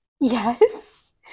Yes